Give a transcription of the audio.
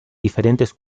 diferentes